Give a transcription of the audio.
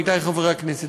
עמיתי חברי הכנסת,